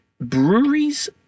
breweries